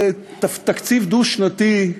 "תקציב דו-שנתי"